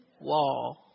wall